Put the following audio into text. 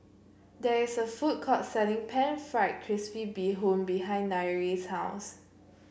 there is a food court selling pan fried crispy Bee Hoon behind Nyree's house